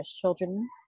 children